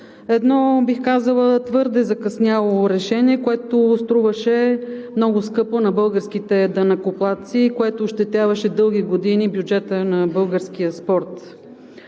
едно, бих казала, твърде закъсняло решение, което струваше много скъпо на българските данъкоплатци и което ощетяваше дълги години бюджета на българския спорт.